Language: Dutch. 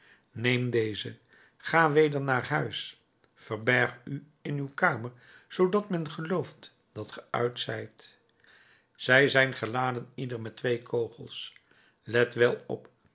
neem deze ga weder naar huis verberg u in uw kamer zoodat men gelooft dat ge uit zijt zij zijn geladen ieder met twee kogels let wel op